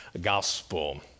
gospel